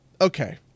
Okay